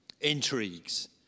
intrigues